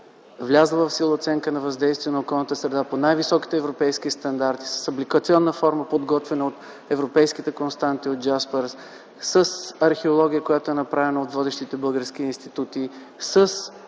влязла в сила оценка за въздействие на околната среда по най-високите европейски стандарти, с апликационна форма, подготвена от европейските консултанти от „Джаспърс”, с археология, която е направена от водещите български институти.